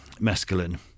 mescaline